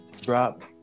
drop